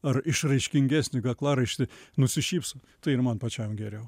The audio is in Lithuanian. ar išraiškingesnį kaklaraištį nusišypso tai ir man pačiam geriau